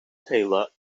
tailor